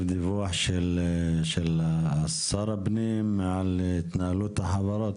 דיווח של שר הפנים על התנהלות החברות.